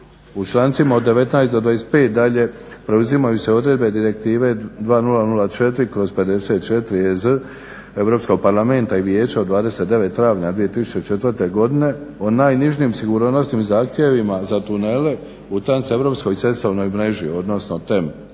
U člancima od 19. do 25. dalje preuzimaju se odredbe Direktive 2004/54/EZ Europski parlamenta i Vijeća od 29. travnja 2004. godine o najnižim sigurnosnim zahtjevima za tunele u transeuropskoj cestovnoj mreži odnosno u